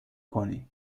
کنی